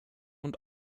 und